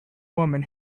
woman